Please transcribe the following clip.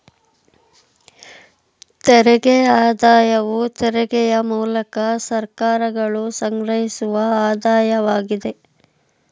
ತೆರಿಗೆ ಆದಾಯವು ತೆರಿಗೆಯ ಮೂಲಕ ಸರ್ಕಾರಗಳು ಸಂಗ್ರಹಿಸುವ ಆದಾಯವಾಗಿದೆ